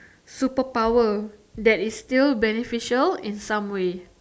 superpower that is still beneficial in some way